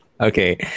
Okay